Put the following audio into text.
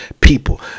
people